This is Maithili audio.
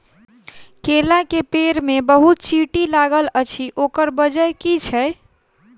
केला केँ पेड़ मे बहुत चींटी लागल अछि, ओकर बजय की छै?